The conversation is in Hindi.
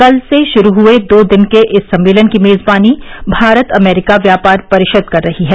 कल से शुरू हुए दो दिन के इस सम्मेलन की मेजबानी भारत अमेरिका व्यापार परिषद कर रही है